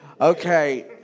Okay